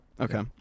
okay